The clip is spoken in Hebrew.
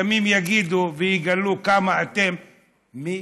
ימים יגידו ויגלו כמה אתם מסוכנים.